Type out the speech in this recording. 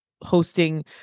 hosting